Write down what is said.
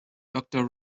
doctor